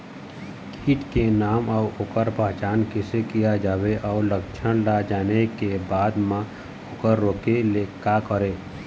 कीट के नाम अउ ओकर पहचान कैसे किया जावे अउ लक्षण ला जाने के बाद मा ओकर रोके ले का करें?